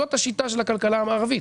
זאת השיטה של הכלכלה המערבית.